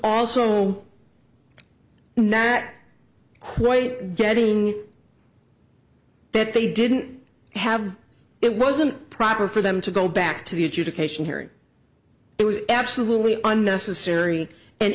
back quite getting that they didn't have it wasn't proper for them to go back to the adjudication hearing it was absolutely unnecessary and